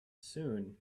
soon